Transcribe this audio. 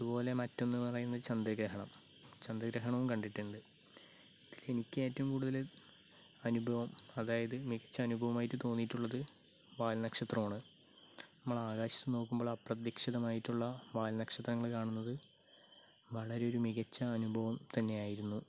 അതുപോലെ മറ്റൊന്ന് പറയുന്നത് ചന്ദ്രഗ്രഹണം ചന്ദ്രഗ്രഹണവും കണ്ടിട്ടുണ്ട് ഇതിൽ എനിക്കേറ്റവും കൂടുതൽ അനുഭവം അതായത് മികച്ച അനുഭവമായിട്ട് തോന്നിയിട്ടുള്ളത് വാൽനക്ഷത്രമാണ് നമ്മൾ ആകാശത്ത് നോക്കുമ്പോൾ അപ്രതീക്ഷിതമായിട്ടുള്ള വാൽനക്ഷത്രങ്ങൾ കാണുന്നത് വളരെ ഒരു മികച്ച അനുഭവം തന്നെ ആയിരുന്നു